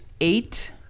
eight